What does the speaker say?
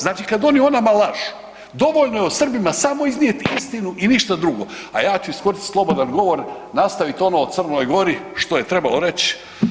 Znači kad oni o nama lažu, dovoljno je o Srbima samo iznijeti istinu i ništa drugo, a ja ću iskoristiti slobodan govor, nastavit ono o Crnoj Gori što je trebalo reć.